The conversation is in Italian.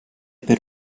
per